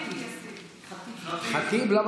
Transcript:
ח'טיב יאסין.